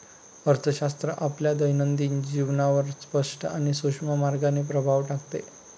अर्थशास्त्र आपल्या दैनंदिन जीवनावर स्पष्ट आणि सूक्ष्म मार्गाने प्रभाव टाकते